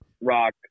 Rock